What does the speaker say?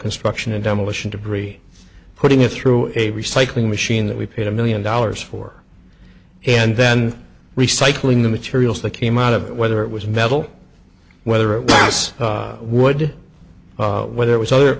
construction a demolition degree putting it through a recycling machine that we paid a million dollars for and then recycling the materials that came out of it whether it was metal whether it was wood whether it was either